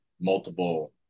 multiple